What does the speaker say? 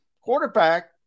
Quarterback